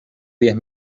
diez